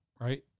right